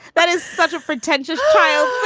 that is such a pretentious child.